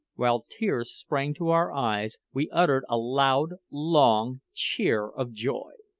while tears sprang to our eyes, we uttered a loud, long cheer of joy.